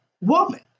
woman